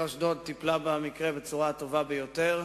אשדוד טיפלה במקרה בצורה הטובה ביותר.